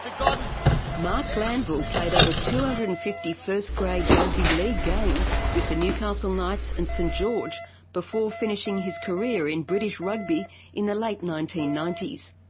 um marc glanville played over two hundred and fifty first grade rugby league games with the newcastle knights and st george before finishing his career in but english rugby in the late nineteen ninety s.